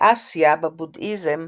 באסיה, בבודהיזם,